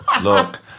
Look